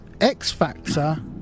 X-Factor